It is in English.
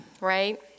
Right